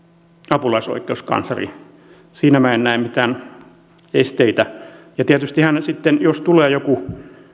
apulaisoikeuskansleri siinä minä en näe mitään esteitä ja tietysti sitten jos tulee joku